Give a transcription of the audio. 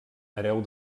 hereu